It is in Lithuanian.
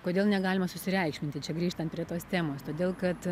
kodėl negalima susireikšminti čia grįžtant prie tos temos todėl kad